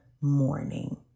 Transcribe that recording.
morning